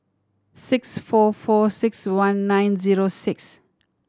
six four four six one nine zero six